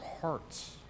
hearts